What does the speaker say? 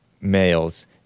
males